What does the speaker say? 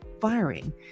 firing